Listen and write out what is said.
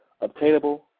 obtainable